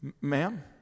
Ma'am